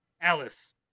Alice